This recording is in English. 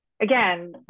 Again